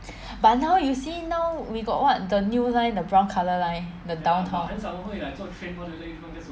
but now you see now we got what the new line the brown colour line the downtown